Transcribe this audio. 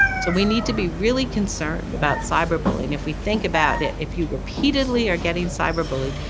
so we need to be really concerned about cyberbullying. if we think about it, if you repeatedly are getting cyberbullied,